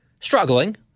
struggling